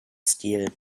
stil